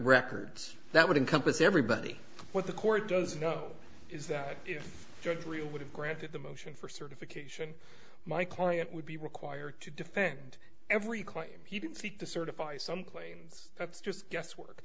records that would encompass everybody what the court does know is that the judge really would have granted the motion for certification my client would be required to defend every claim he didn't seek to certify some claims that's just guesswork